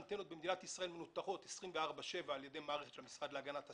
האנטנות במדינת ישראל מנוטרות 24/7 על ידי מערכת של המשרד להגנת הסביבה.